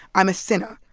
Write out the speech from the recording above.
i'm a sinner.